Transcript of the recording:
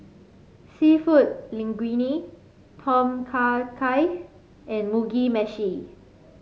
seafood Linguine Tom Kha Gai and Mugi Meshi